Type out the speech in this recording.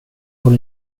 får